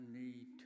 need